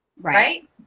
right